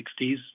1960s